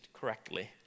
correctly